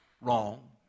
wrong